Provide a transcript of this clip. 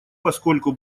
поскольку